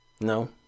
No